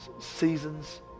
seasons